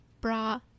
bra